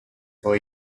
for